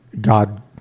God